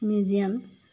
museum